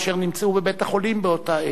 אשר נמצאו בבית-החולים באותה עת: